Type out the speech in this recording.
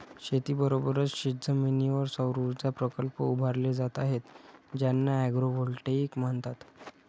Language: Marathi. शेतीबरोबरच शेतजमिनीवर सौरऊर्जा प्रकल्प उभारले जात आहेत ज्यांना ॲग्रोव्होल्टेईक म्हणतात